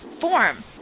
form